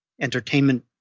entertainment